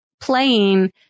playing